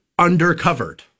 undercovered